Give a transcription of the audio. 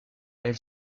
elle